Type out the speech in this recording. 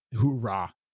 hoorah